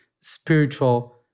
spiritual